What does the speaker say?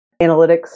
analytics